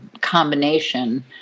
combination